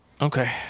Okay